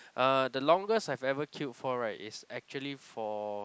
uh the longest I've ever queued for right is actually for